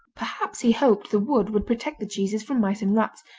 perhaps he hoped the wood would protect the cheeses from mice and rats,